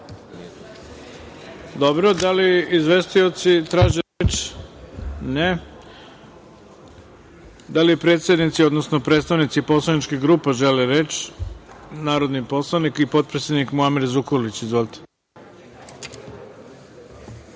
se. Da li izvestioci traže reč? (Ne.)Da li predsednici, odnosno predstavnici poslaničkih grupa žele reč? Reč ima narodni poslanik i potpredsednik, Muamer Zukorlić. Izvolite.